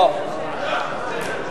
גפני,